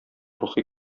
рухи